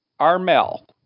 Armel